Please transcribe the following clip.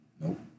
Nope